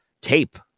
tape